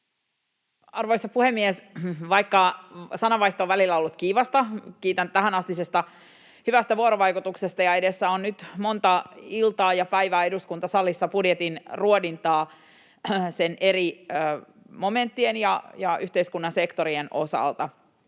Arvoisa puhemies! Vaikka sananvaihto on välillä ollut kiivasta, kiitän tähänastisesta hyvästä vuorovaikutuksesta, ja edessä on nyt monta iltaa ja päivää eduskuntasalissa budjetin ruodintaa sen eri momenttien ja yhteiskunnan sektorien osalta.